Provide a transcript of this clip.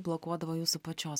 blokuodavo jūsų pačios